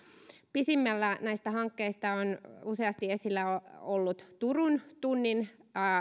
pisimmällä näistä hankkeista on useasti esillä ollut turun tunnin